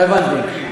לא הבנתי.